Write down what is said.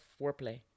foreplay